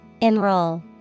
enroll